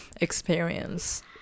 experience